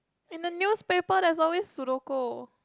in the newspaper there's always sudoku